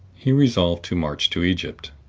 he resolved to march to egypt.